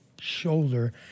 Shoulder